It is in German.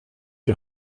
die